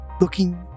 looking